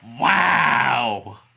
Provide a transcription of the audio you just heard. Wow